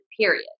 period